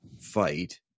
fight